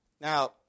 Now